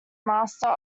master